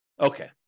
Okay